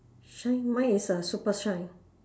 shine mine is err super shine